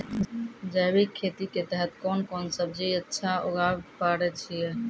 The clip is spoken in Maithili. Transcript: जैविक खेती के तहत कोंन कोंन सब्जी अच्छा उगावय पारे छिय?